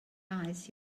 ice